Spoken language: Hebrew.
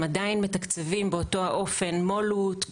הם עדיין מתקצבים באותו האופן מו"לות,